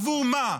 עבור מה?